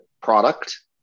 product